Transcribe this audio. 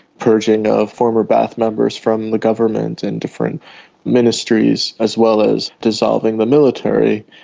purging of former ba'ath members from the government and different ministries, as well as dissolving the military,